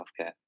healthcare